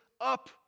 up